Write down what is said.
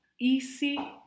Easy